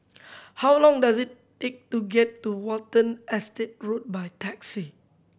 how long does it take to get to Watten Estate Road by taxi